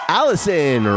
Allison